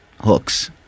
hooks